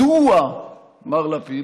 מדוע, מר לפיד?